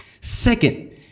Second